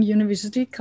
University